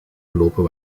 gelopen